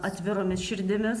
atviromis širdimis